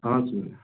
हजुर